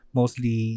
mostly